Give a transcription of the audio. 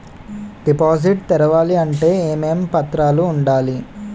Deposit తెరవాలి అంటే ఏమేం పత్రాలు ఉండాలి?